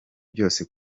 byose